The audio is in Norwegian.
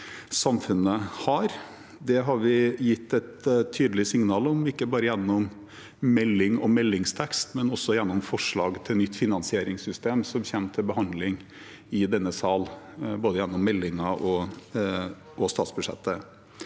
samfunnet har. Det har vi gitt et tydelig signal om, ikke bare gjennom melding og meldingstekst, men også gjennom forslag til nytt finansieringssystem, som kommer til behandling i denne sal gjennom både meldinger og statsbudsjettet.